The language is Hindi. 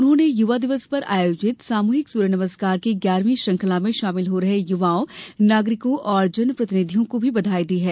उन्होंने युवा दिवस पर आयोजित सामूहिक सूर्य नमस्कार की ग्यारहवीं श्रृंखला में शामिल हो रहे युवाओं नागरिकों और जन प्रतिनिधियों को भी बधाई दी है